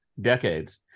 decades